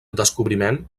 descobriment